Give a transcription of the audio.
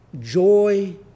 joy